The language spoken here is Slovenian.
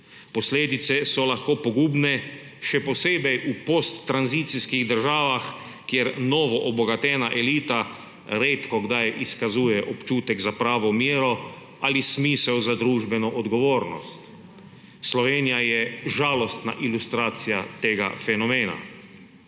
Posledice so lahko pogubne, še posebej v posttranzicijskih državah, kjer novoobogatena elita redkokdaj izkazuje občutek za pravo mero ali smisel za družbeno odgovornost. Slovenija je žalostna ilustracija tega fenomena.